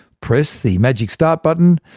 press the magic start button,